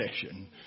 session